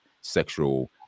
sexual